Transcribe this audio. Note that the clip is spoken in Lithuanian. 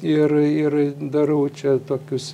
ir ir darau čia tokius